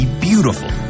beautiful